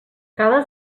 cada